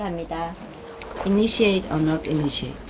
i mean yeah initiate or not initiate,